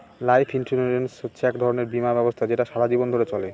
life insurance হচ্ছে এক ধরনের বীমা ব্যবস্থা যেটা সারা জীবন ধরে চলে